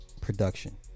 Production